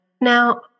Now